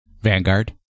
Vanguard